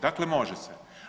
Dakle, može se.